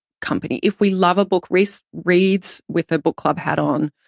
company. if we love a book reese reads with ah book club hat on,